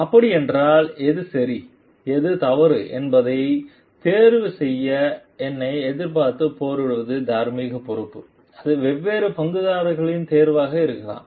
அப்படி என்றால் எது சரி எது தவறு என்பதை தேர்வு செய்ய என்னை எதிர்த்துப் போராடுவது தார்மீக பொறுப்பு அது வெவ்வேறு பங்குதாரர்களின் தேர்வாக இருக்கலாம்